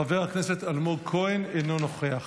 חבר הכנסת אלמוג כהן, אינו נוכח.